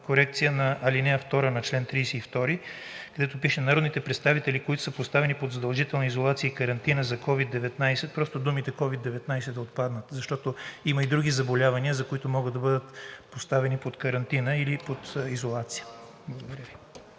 корекция на чл. 32, ал. 2, където пише: „Народните представители, които са поставени под задължителна изолация и карантина за COVID-19“, просто думите „COVID-19“ да отпаднат, защото има и други заболявания, заради които могат да бъдат поставени под карантина или под изолация. ПРЕДСЕДАТЕЛ